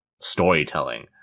storytelling